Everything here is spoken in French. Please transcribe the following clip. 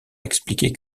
expliquer